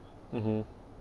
mmhmm